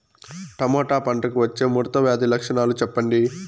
Tomato పంటకు వచ్చే ముడత వ్యాధి లక్షణాలు చెప్పండి?